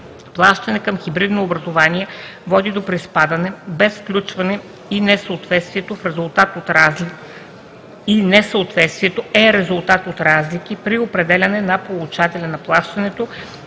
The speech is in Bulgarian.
плащане към хибридно образувание води до приспадане без включване и несъответствието е резултат от разлики при определяне на получателя на плащането